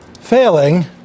failing